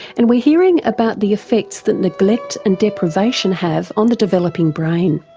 and we're hearing about the effects that neglect and deprivation have on the developing brain.